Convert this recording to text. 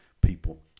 people